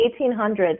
1800s